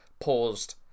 paused